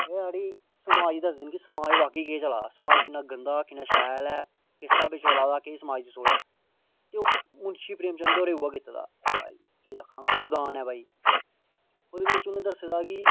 ओह् साढ़ा समाज दसदे न कि साढ़े समाज च वाकेई केह् चला दा ऐ समाज किन्ना गंदा किन्ना शैल ऐ किस स्हाबे चला दे ऐ ते मुन्शी प्रेम चंद होरें बी उ'ऐ कीता दा केह् आक्खां गोदान ऐ ओहदे बिच उनें दस्से दा ऐ भाई